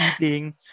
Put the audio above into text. eating